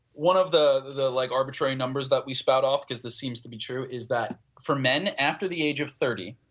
one of the the like arbitrary numbers that we spoke off because it seems to be true is that for man after the age of thirty